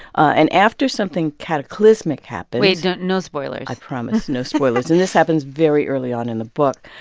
and after something cataclysmic happens. wait, don't no spoilers i promise, no spoilers and this happens very early on in the book.